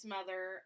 Mother